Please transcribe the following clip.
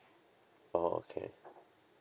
oh okay